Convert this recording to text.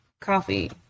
coffee